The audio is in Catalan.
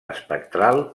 espectral